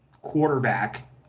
quarterback